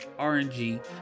RNG